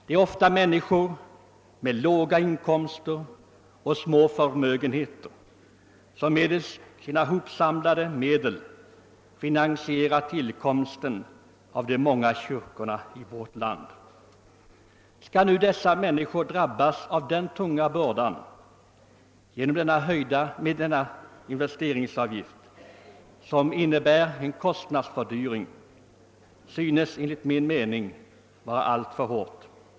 Det är ofta människor med låga inkomster och små förmögenheter som med sina hopsamlade medel finansierar tillkomsten av de många kyrkorna i vårt land. Att nu låta dessa människor drabbas av den tunga bördan av den kostnadsfördyring som denna investeringsavgift innebär synes enligt min mening vara alltför hårt.